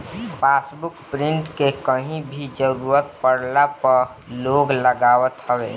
passbook print के कहीं भी जरुरत पड़ला पअ लोग लगावत हवे